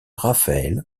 raphaël